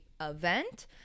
event